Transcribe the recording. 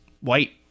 white